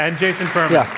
and jason furman.